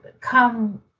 come